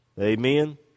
Amen